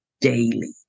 daily